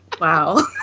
Wow